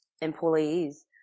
employees